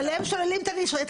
אבל הם שוללים את הרישיון.